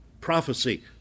Prophecy